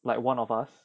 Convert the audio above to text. like one of us